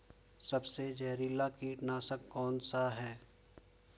सबसे जहरीला कीटनाशक कौन सा है?